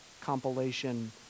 compilation